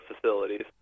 facilities